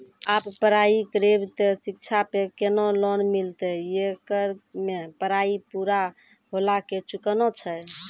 आप पराई करेव ते शिक्षा पे केना लोन मिलते येकर मे पराई पुरा होला के चुकाना छै?